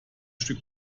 stück